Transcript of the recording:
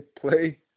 play